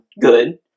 good